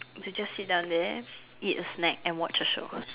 you just sit down there eat a snack and watch a show